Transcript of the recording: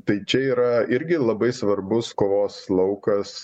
tai čia yra irgi labai svarbus kovos laukas